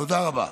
תודה רבה.